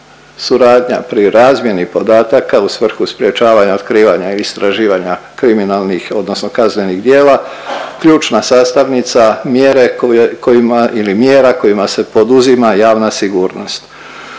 suradnja pri razmjeni podataka u svrhu sprječavanja otkrivanja i istraživanja kriminalnih odnosno kaznenih djela ključna sastavnica mjere kojima ili mjera kojima se poduzima javna sigurnost.